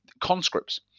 conscripts